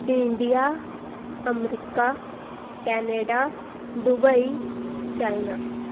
India America Canada Dubai China